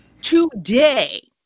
today